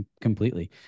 completely